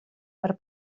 per